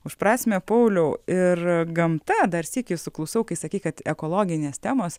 už prasmę pauliau ir gamta dar sykį suklusau kai sakei kad ekologinės temos